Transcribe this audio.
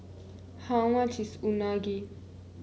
how much is Unagi